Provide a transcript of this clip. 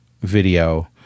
video